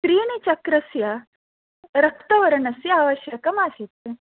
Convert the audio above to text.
त्रिणी चक्रस्य रक्तवर्णस्य आवश्यकमासीत्